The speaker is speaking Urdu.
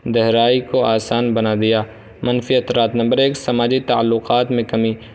دہرائی کو آسان بنا دیا منفی اترات نمبر ایک سماجی تعلقات میں کمی